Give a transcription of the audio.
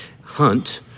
hunt